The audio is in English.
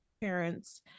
parents